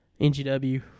NGW